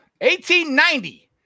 1890